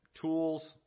tools